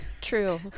true